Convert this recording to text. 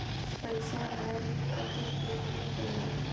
पइसा हर कतेक दिन मे जाही?